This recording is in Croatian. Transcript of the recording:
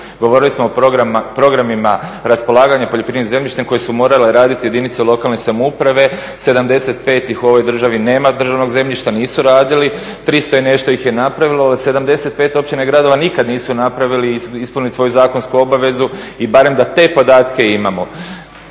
Govorili smo o programima raspolaganjima poljoprivrednim zemljištem koji su morale raditi jedinice lokalne samouprave, 75 ih u ovoj državi nema državnog zemljišta nisu radili, 300 i nešto ih napravilo. Od 75 općina i gradova nikad nisu napravili i ispunili svoju zakonsku obavezu i barem da te podatke imamo.